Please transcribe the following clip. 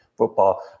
football